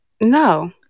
No